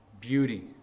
beauty